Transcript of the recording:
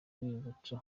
rwibutso